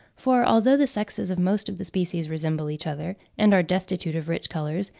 for although the sexes of most of the species resemble each other, and are destitute of rich colours,